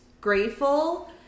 grateful